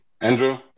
Andrew